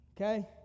Okay